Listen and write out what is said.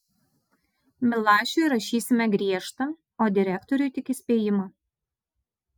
milašiui įrašysime griežtą o direktoriui tik įspėjimą